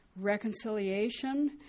reconciliation